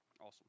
awesome